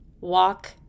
walk